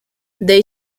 they